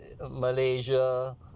Malaysia